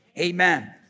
amen